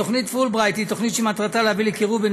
תוכנית פולברייט היא תוכנית שמטרתה להביא לקירוב בין